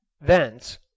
Thence